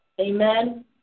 Amen